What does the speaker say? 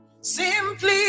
simply